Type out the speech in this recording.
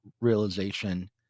realization